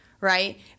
right